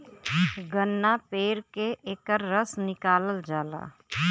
गन्ना पेर के एकर रस निकालल जाला